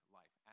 life